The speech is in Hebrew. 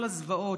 כל הזוועות,